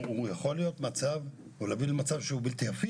היא אומרת, אי אפשר יותר.